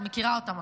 את מכירה אותם,